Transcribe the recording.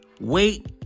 wait